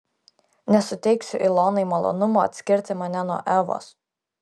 nesuteiksiu ilonai malonumo atskirti mane nuo evos